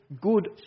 good